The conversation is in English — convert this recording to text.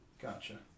Gotcha